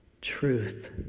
truth